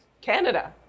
Canada